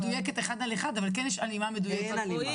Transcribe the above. הדיון הקודם ואני מקווה שנפתור אותן אחת ולתמיד.